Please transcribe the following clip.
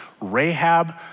Rahab